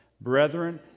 Brethren